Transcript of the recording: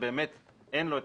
שבאמת אין לו האפשרות,